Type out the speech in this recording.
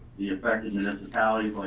the effectiveness fatalities,